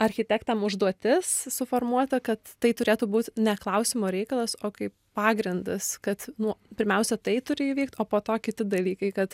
architektam užduotis suformuota kad tai turėtų būt ne klausimo reikalas o kaip pagrindas kad nu pirmiausia tai turi įvykt o po to kiti dalykai kad